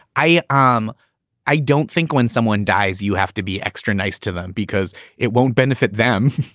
i. um i don't think when someone dies, you have to be extra nice to them because it won't benefit them.